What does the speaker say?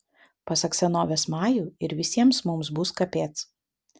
pasak senovės majų ir visiems mums bus kapec